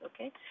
Okay